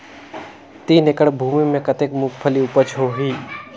तीन एकड़ भूमि मे कतेक मुंगफली उपज होही?